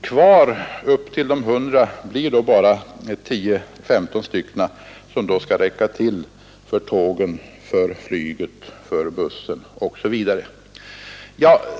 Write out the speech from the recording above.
Kvar upp till de hundra blir då bara 10 å 15 som skall räcka till för tågen, för flyget, för bussarna osv.